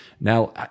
Now